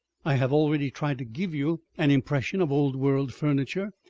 i have already tried to give you an impression of old-world furniture,